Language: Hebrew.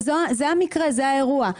וזה המקרה, זה האירוע.